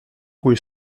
cui